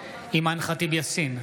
אימאן ח'טיב יאסין,